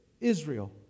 Israel